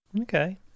Okay